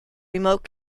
remote